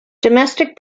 domestic